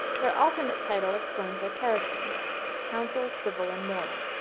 their alternate title explains their character counsels civil and moral,